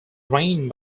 drained